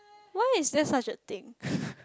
why is that such a thing